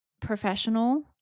professional